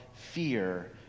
fear